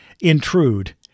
intrude